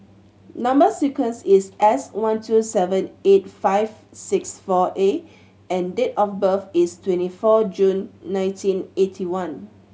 number sequence is S one two seven eight five six four A and date of birth is twenty four June nineteen eighty one